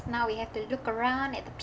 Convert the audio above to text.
now we have to look around at the